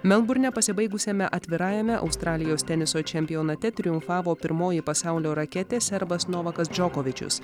melburne pasibaigusiame atvirajame australijos teniso čempionate triumfavo pirmoji pasaulio raketė serbas novakas džokovičius